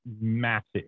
massive